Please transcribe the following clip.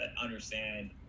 understand